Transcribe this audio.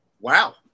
Wow